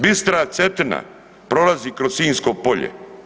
Bistra Cetina prolazi kroz Sinjsko polje.